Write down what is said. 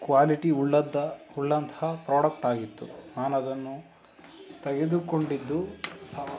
quality ಉಳ್ಳದ್ದು ಉಳ್ಳಂಥ product ಆಗಿತ್ತು ನಾನದನ್ನು ತೆಗೆದುಕೊಂಡಿದ್ದು